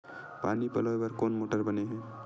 पानी पलोय बर कोन मोटर बने हे?